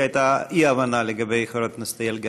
כי הייתה אי-הבנה לגבי חברת הכנסת יעל גרמן.